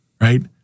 right